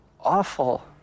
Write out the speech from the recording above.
awful